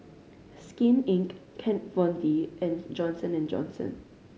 Skin Inc Kat Von D and Johnson and Johnson